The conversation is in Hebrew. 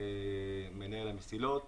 מנהל המסילות,